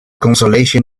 consolation